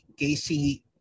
Gacy